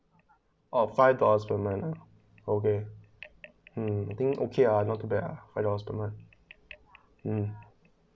orh five dollars per month uh okay um I think okay uh not too bad uh five dollars per month um